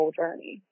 journey